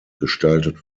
gestaltet